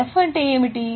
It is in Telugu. F అంటే ఏమిటి